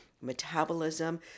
metabolism